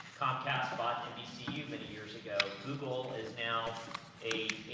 comcast bought nbcu many years ago. google is now a,